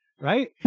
right